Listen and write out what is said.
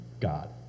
God